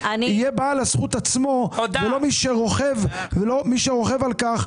יהיה בעל הזכות עצמו ולא מי שרוכב על כך,